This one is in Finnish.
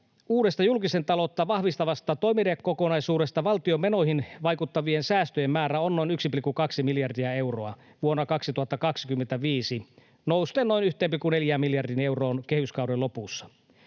uudesta julkista taloutta vahvistavasta toimenpidekokonaisuudesta valtion menoihin vaikuttavien säästöjen määrä on noin 1,2 miljardia euroa vuonna 2025 nousten noin 1,4 miljardiin euroon kehyskauden lopussa.